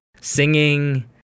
Singing